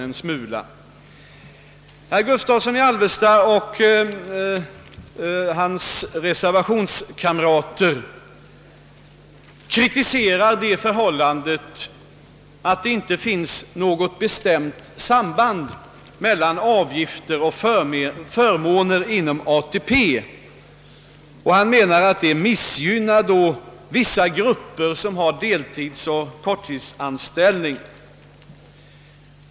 Herr Gustavsson i Alvesta och hans reservationskamrater kritiserar det förhållandet att det inte finns något bestämt samband mellan förmåner och avgifter inom ATP. Han menar att det missgynnar vissa grupper som har deltidseller korttidsanställning.